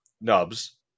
nubs